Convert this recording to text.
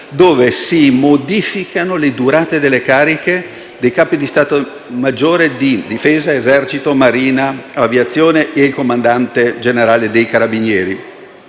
quali si modificano la durata delle cariche dei Capi di Stato maggiore di Esercito, Marina, Aviazione e del Comandante generale dei Carabinieri?